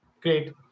Great